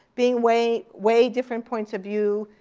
being way way different points of view,